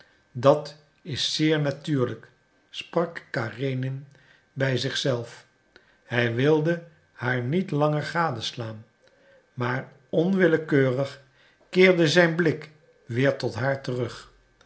dat is zeer natuurlijk sprak karenin bij zich zelf hij wilde haar niet langer gadeslaan maar onwillekeurig keerde zijn blik weer tot haar terug